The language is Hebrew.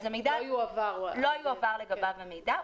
לא יועבר לגביו המידע,